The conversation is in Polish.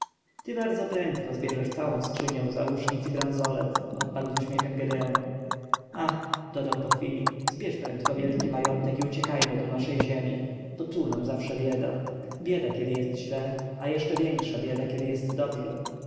ty bardzo prędko zbierzesz całą skrzynię zausznic i branzolet odparł z uśmiechem gedeon ach dodał po chwili zbierz prędko wielki majątek i uciekajmy do naszej ziemi bo tu nam zawsze bieda bieda kiedy jest źle a jeszcze większa bieda kiedy jest dobrze